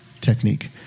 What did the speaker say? technique